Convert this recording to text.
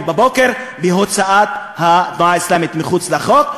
בבוקר להוצאת התנועה האסלאמית אל מחוץ לחוק.